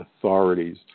authorities